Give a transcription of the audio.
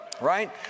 Right